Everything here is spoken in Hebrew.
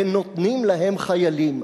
ונותנים להם חיילים.